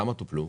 כמה טופלו?